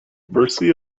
conversely